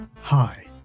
Hi